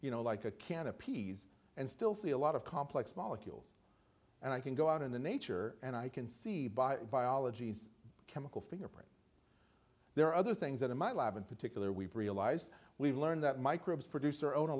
you know like a can of peas and still see a lot of complex molecules and i can go out in the nature and i can see by biology's chemical fingerprint there are other things that in my lab in particular we've realised we've learned that microbes produce or own